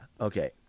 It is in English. okay